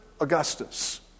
Augustus